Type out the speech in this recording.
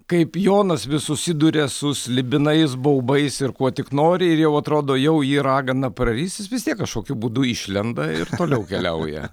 kaip jonas vis susiduria su slibinais baubais ir kuo tik nori ir jau atrodo jau jį ragana praris jis vis tiek kažkokiu būdu išlenda ir toliau keliauja